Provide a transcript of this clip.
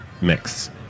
mix